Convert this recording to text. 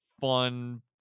fun